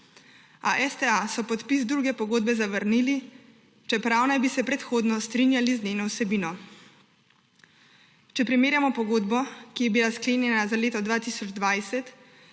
A STA so podpis druge pogodbe zavrnili, čeprav naj bi se predhodno strinjali z njeno vsebino. Če primerjamo pogodbo, ki je bila sklenjena za leto 2020,